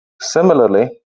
Similarly